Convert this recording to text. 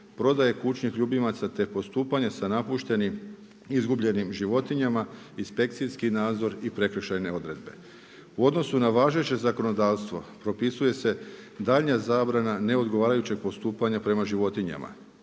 prodaje kućnih ljubimaca, te postupanje sa napuštenim izgubljenim životinjama, inspekcijski nadzor i prekršajne odredbe. U odnosu na važeće zakonodavstvo, propisuje se daljnja zabrana neodgovarajućeg postupanja prema životinjama.